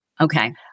Okay